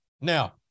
Now